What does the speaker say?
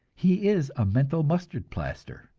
he is a mental mustard plaster.